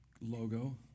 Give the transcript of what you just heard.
logo